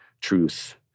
truth